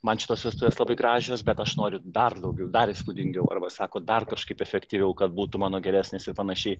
man šitos vestuvės labai gražios bet aš noriu dar daugiau dar įspūdingiau arba sako dar kažkaip efektyviau kad būtų mano geresnės ir panašiai